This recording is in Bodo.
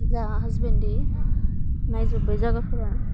जाहा हासबेन्डजों नायजोब्बाय जागाफोरा